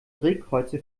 drehkreuze